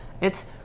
It's-